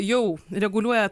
jau reguliuoja